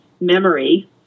memory